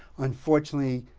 unfortunately,